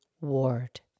Ward